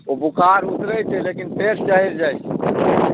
ओ बोखार उतरै छै लेकिन फेर चढ़ि जाइ छै